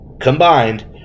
combined